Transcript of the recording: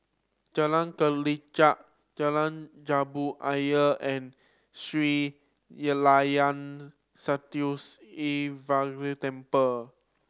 Jalan Kelichap Jalan Jambu Ayer and Sri Layan Sithi Vinayagar Temple